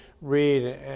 read